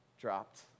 dropped